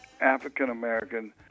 african-american